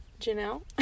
Janelle